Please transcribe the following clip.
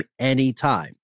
anytime